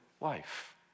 life